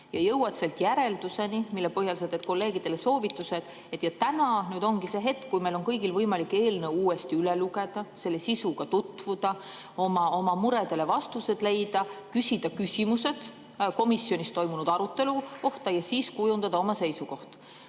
ja jõuad järelduseni, mille põhjal sa annad kolleegidele soovituse, et täna nüüd ongi see hetk, kui meil on kõigil võimalik eelnõu uuesti üle lugeda, selle sisuga tutvuda, oma muredele vastused leida, küsida küsimused komisjonis toimunud arutelu kohta ja siis kujundada oma seisukoht.